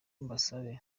mbasabe